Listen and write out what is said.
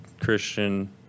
Christian